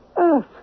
Earth